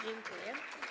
Dziękuję.